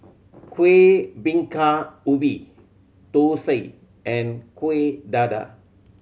Kuih Bingka Ubi thosai and Kuih Dadar